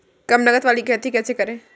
कम लागत वाली खेती कैसे करें?